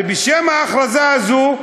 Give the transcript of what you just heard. ובשם ההכרזה הזו,